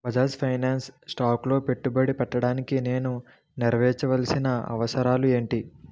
Bajaj finance స్టాకులో పెట్టుబడి పెట్టడానికి నేను నెరవేర్చవలసిన అవసరాలు ఏంటి